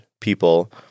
people